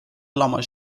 elama